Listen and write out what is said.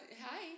Hi